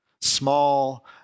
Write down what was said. small